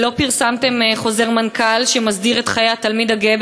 ולא פרסמתם חוזר מנכ"ל שמסדיר את חיי התלמיד הגאה